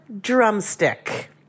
drumstick